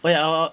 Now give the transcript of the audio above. oh ya our